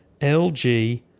LG